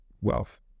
Wealth